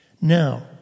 Now